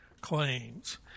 claims